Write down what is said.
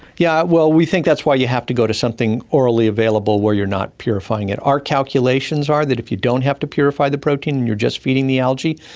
yeah well, we think that's why you have to go to something orally available where you are not purifying it. our calculations are that if you don't have to purify the protein and you are just feeding the algae,